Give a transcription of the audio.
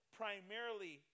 primarily